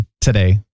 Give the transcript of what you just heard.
today